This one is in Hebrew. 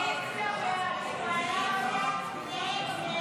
הסתייגות 287 לא נתקבלה.